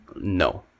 no